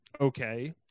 okay